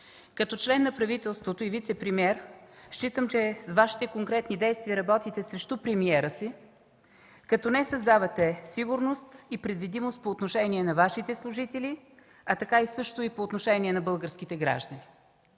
Като член на правителството и вицепремиер считам, че с Вашите конкретни действия работите срещу премиера си, като не създавате сигурност и предвидимост по отношение на Вашите служители, а така също и по отношение на българските граждани.